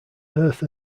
earth